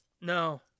No